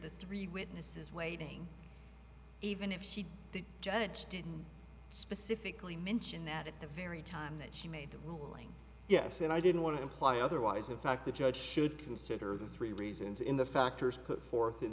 the three witnesses waiting even if she the judge didn't specifically mention at the very time that she made the ruling yes and i didn't want to imply otherwise of fact the judge should consider the three reasons in the factors put forth in